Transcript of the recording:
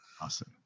Awesome